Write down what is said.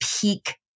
peak